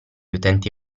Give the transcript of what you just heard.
utenti